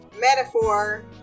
metaphor